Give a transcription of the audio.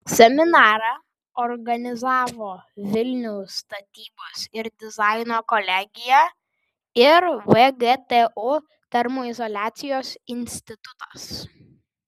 seminarą organizavo vilniaus statybos ir dizaino kolegija ir vgtu termoizoliacijos institutas